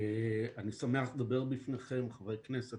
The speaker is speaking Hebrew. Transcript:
אני שמח לדבר בפניכם, חברי הכנסת